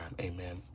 amen